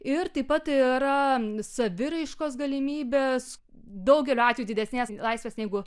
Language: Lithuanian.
ir taip pat yra saviraiškos galimybės daugeliu atvejų didesnės laisvės negu